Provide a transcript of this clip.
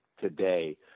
today